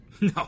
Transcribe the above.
No